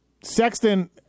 Sexton